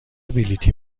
بلیطی